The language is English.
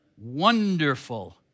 wonderful